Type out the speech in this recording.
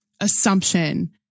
assumption